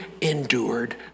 endured